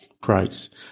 Christ